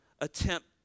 attempt